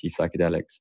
psychedelics